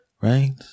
Right